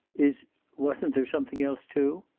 is wasn't there something else, too?